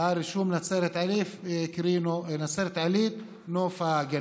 בשם נצרת עילית-נוף הגליל.